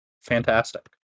Fantastic